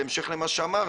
בהמשך למה שאת אמרת,